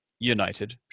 United